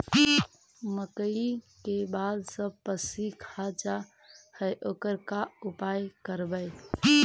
मकइ के बाल सब पशी खा जा है ओकर का उपाय करबै?